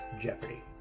Jeopardy